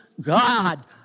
God